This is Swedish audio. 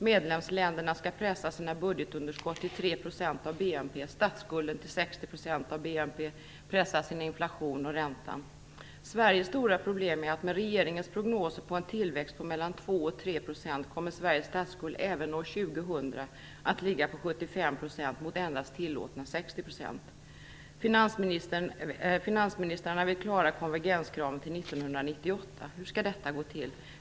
Medlemsländerna skall pressa sina budgetunderskott till 3 % av BNP, statsskulden till 60 % av BNP, pressa sin inflation och ränta. Sveriges stora problem är att med regeringens prognoser om en tillväxt på mellan 2 och 3 % kommer Sveriges statsskuld även år 2000 att ligga på 75 % mot tillåtna endast 60 %. Finansministern vill klara konvergenskraven till 1998. Hur skall detta gå till?